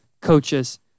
coaches